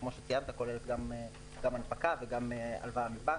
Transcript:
שכפי שציינת כוללת גם הנפקה וגם הלוואה מבנק.